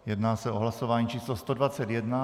Jedná se o hlasování číslo 121.